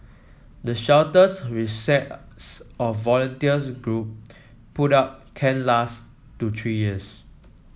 the shelters which sets of volunteer group put up can last to three years